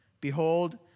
Behold